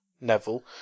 Neville